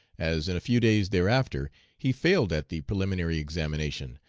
as in a few days thereafter he failed at the preliminary examination,